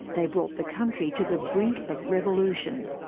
they brought the country to the brink of revolution.